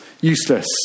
useless